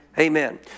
Amen